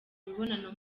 imibonano